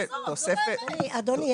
אדוני,